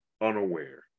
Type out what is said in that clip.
unaware